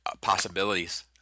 possibilities